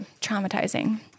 traumatizing